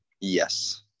Yes